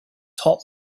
top